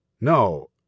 No